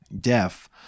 deaf